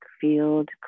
field